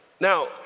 Now